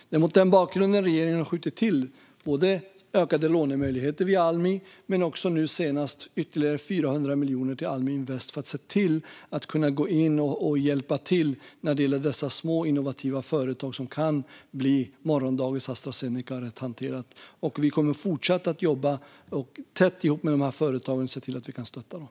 Det är mot den bakgrunden regeringen har skjutit till både ökade lånemöjligheter via Almi och nu senast ytterligare 400 miljoner till Almi Invest för att hjälpa till när det gäller dessa små och innovativa företag, som rätt hanterat kan bli morgondagens Astra Zeneca. Vi kommer att fortsätta att jobba tätt ihop med de här företagen och se till att vi kan stötta dem.